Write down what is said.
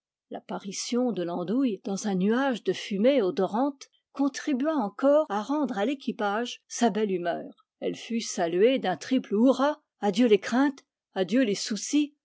l'apparition de l'andouille dans un nuage de fumée odorante contribua encore à rendre à l'équipage sa belle humeur elle fut saluée d'un triple hourra adieu les craintes adieu les soucis